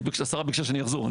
השרה ביקשה שאני אחזור.